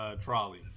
Trolley